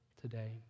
today